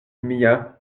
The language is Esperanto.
mia